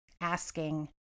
asking